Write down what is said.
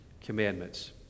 commandments